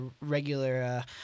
regular